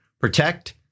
protect